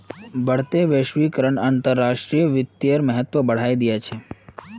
बढ़ते वैश्वीकरण अंतर्राष्ट्रीय वित्तेर महत्व बढ़ाय दिया छे